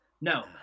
No